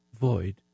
void